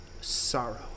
sorrow